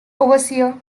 overseer